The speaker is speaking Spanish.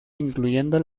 incluyendo